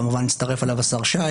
כמובן הצטרף אליה השר שי